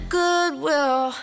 goodwill